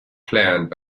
planned